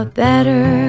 better